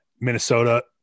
Minnesota